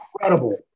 incredible